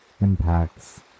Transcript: impacts